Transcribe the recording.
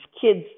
kid's